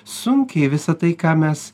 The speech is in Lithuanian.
sunkiai visa tai ką mes